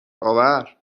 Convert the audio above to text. آور